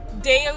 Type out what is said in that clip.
Daily